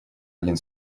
один